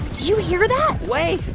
you hear that? wait.